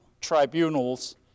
tribunals